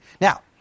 Now